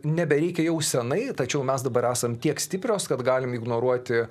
nebeveikia jau senai tačiau mes dabar esam tiek stiprios kad galim ignoruoti